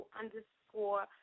underscore